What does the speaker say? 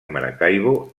maracaibo